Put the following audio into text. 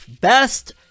best